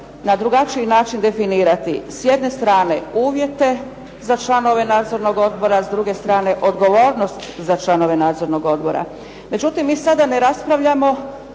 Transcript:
na drugačiji način definirati, s jedne strane uvjete za članove nadzornog odbora, s druge strane odgovornost za članove nadzornog odbora. Međutim, mi sada ne raspravljamo